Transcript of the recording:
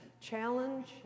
challenge